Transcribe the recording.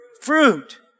fruit